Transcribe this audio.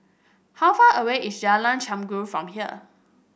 how far away is Jalan Chengam from here